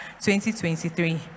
2023